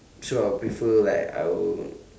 so I'll prefer like I would